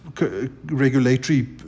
regulatory